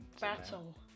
Battle